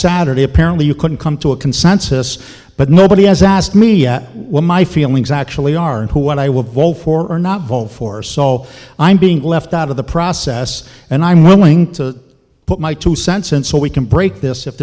saturday apparently you couldn't come to a consensus but nobody has asked me yet what my feelings actually are and who what i will vote for or not vote for so i'm being left out of the process and i'm willing to put my two cents in so we can break this if